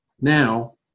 now